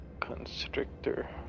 constrictor